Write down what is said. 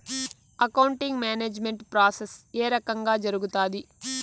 accounting management process ఏ రకంగా జరుగుతాది